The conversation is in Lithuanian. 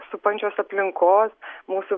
supančios aplinkos mūsų